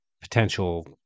potential